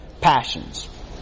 passions